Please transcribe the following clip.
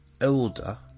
older